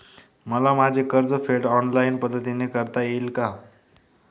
मला माझे कर्जफेड ऑनलाइन पद्धतीने करता येईल का?